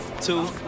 Two